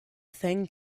thing